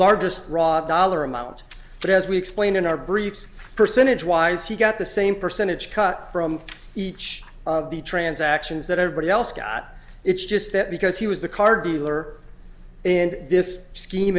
largest raw dollar amount but as we explained in our briefs percentage wise he got the same percentage cut from each of the transactions that everybody else got it's just that because he was the car dealer and this scheme